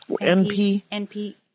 N-P –